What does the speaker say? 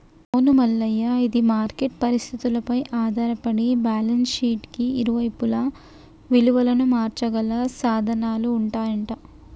అవును మల్లయ్య ఇది మార్కెట్ పరిస్థితులపై ఆధారపడి బ్యాలెన్స్ షీట్ కి ఇరువైపులా విలువను మార్చగల సాధనాలు ఉంటాయంట